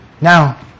Now